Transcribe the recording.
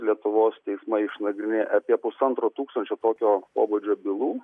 lietuvos teismai išnagrinėja apie pusantro tūkstančio tokio pobūdžio bylų